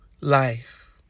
life